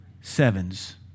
sevens